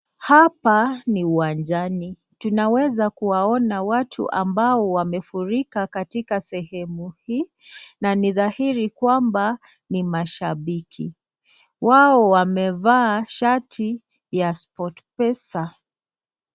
Hapa ni uwanjani, tunaweza tukaona watu ambao wamefurika katika sehemu hii, na ni dhahiri kwamba ni mashabiki, wa wamevaa shati ya sport pesa .